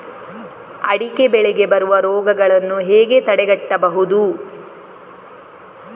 ಅಡಿಕೆ ಬೆಳೆಗೆ ಬರುವ ರೋಗಗಳನ್ನು ಹೇಗೆ ತಡೆಗಟ್ಟಬಹುದು?